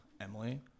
Emily